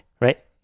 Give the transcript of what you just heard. right